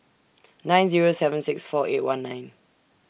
nine Zero seven six four eight one nine